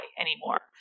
anymore